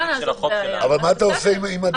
אבל מה אתה עושה עם אדם זר שמגיע?